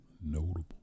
notable